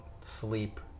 sleep